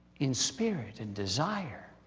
in spirit, in desire.